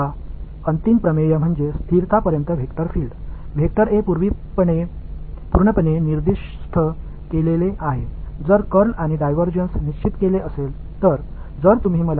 நாம் பயன்படுத்தும் இறுதி தேற்றம் வெக்டர் ஃபில்டு கர்ல் மற்றும் டைவர்ஜன்ஸ் குறிப்பிடப்பட்டால் ஒரு கான்ஸ்டன்ட் வரை முழுமையாக குறிப்பிடப்படுகிறது